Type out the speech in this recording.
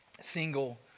single